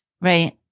Right